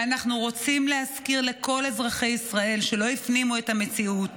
ואנחנו רוצים להזכיר לכל אזרחי ישראל שלא הפנימו את המציאות,